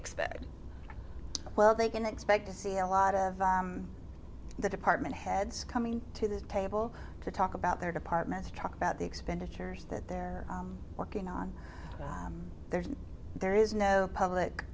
expect well they can expect to see a lot of the department heads coming to the table to talk about their departments talk about the expenditures that they're working on there's there is no public